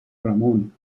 ramón